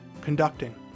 conducting